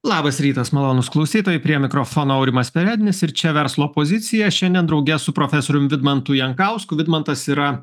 labas rytas malonūs klausytojai prie mikrofono aurimas perednis ir čia verslo pozicija šiandien drauge su profesorium vidmantu jankausku vidmantas yra